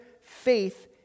faith